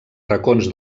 racons